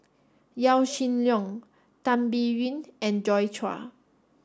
Yaw Shin Leong Tan Biyun and Joi Chua